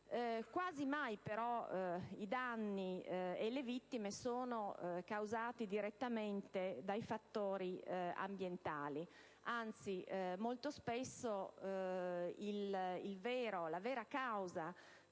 Quasi mai, però, i danni e le vittime sono causati direttamente da fattori ambientali. Anzi, molto spesso la vera causa